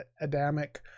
Adamic